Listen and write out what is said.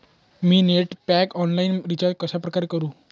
मी net pack online recharge कशाप्रकारे करु?